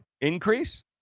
increase